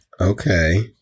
Okay